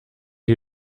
die